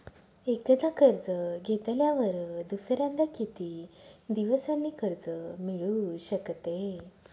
एकदा कर्ज घेतल्यावर दुसऱ्यांदा किती दिवसांनी कर्ज मिळू शकते?